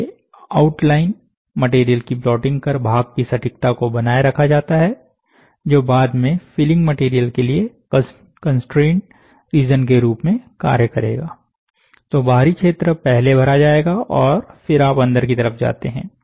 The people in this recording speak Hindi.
पहले आउटलाइन मटेरियल की प्लॉटिंग कर भाग की सटीकता को बनाए रखा जाता है जो बाद में फीलिंग मटेरियल के लिए कंस्ट्रेंड रीजन के रूप में कार्य करेगा तो बाहरी क्षेत्र पहले भरा जाएगा और फिर आप अंदर की तरफ जाते हैं